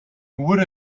would